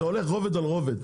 זה הולך רובד על רובד.